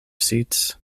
seats